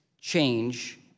Change